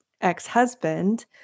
ex-husband